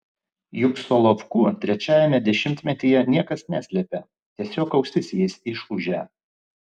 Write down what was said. juk solovkų trečiajame dešimtmetyje niekas neslėpė tiesiog ausis jais išūžė